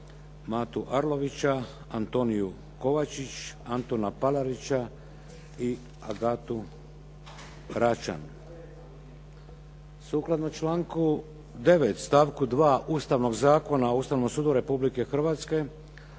Matu Arlović, Antoniju Kovačić, Antuna Palarića i Agatu Račan. Sukladno članku 9. stavku 2. Ustavnog zakona o Ustavnom sudu Republike Hrvatske